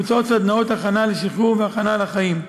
מבוצעות סדנאות הכנה לשחרור והכנה לחיים.